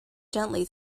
gently